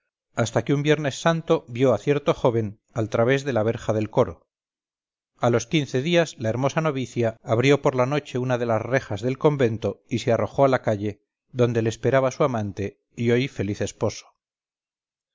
hasta que un viernes santo vio a cierto joven al través de la verja del coro a los quince días la hermosa novicia abrió por la noche una de las rejas del convento y se arrojó a la calle donde le esperaba su amante y hoy feliz esposo